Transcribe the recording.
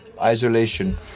isolation